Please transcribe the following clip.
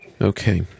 Okay